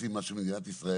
עושים מה שמדינת ישראל